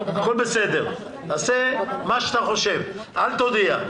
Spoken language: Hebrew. הכול בסדר, תעשה מה שאתה חושב, אל תודיע.